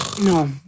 No